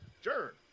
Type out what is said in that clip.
Sure